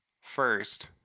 first